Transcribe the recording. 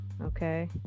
Okay